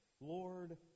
Lord